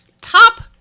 top